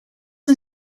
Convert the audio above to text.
aan